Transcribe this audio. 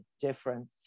difference